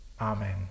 amen